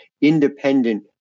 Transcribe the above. independent